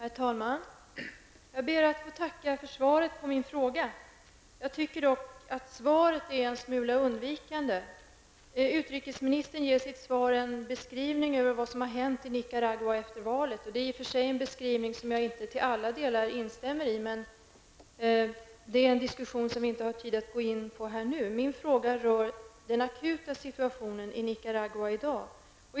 Herr talman! Jag ber att få tacka för svaret på min fråga. Jag tycker dock att svaret är en smula undvikande. Utrikesministern ger i sitt svar en beskrivning av vad som har hänt i Nicaragua efter valet. Det är en beskrivning som jag inte till alla delar kan instämma i, men det är en diskussion som vi inte har tid att gå in på här. Min fråga rör den akuta situationen i Nicaragua i dag.